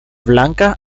blancas